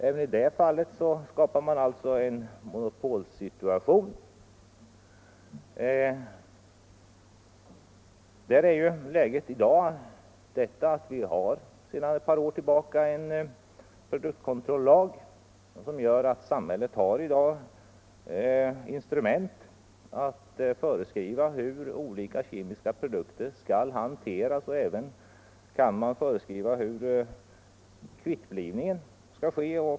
Även i det fallet söker man alltså skapa en monopolsituation. I dag är läget detta att vi sedan ett par år tillbaka har en produktkontrollag som gör att samhället nu har instrument att föreskriva hur olika kemiska produkter skall hanteras. Man kan även föreskriva hur kvittblivningen skall ske.